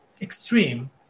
extreme